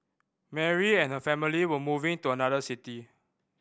Mary and her family were moving to another city